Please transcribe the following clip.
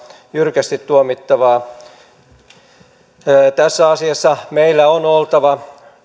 jyrkästi tuomittavia tässä asiassa meillä on oltava